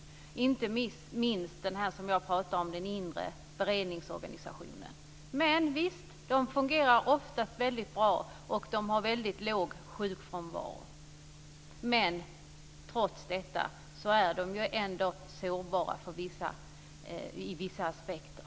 Det gäller inte minst det jag talade om, nämligen den inre beredningsorganisationen. Visst fungerar de mindre tingsrätterna oftast väldigt bra, och de har väldigt låg sjukfrånvaro. Men trots detta är de ändå sårbara i vissa aspekter.